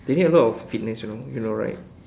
they need a lot of fitness you know you know right